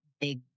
big